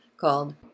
called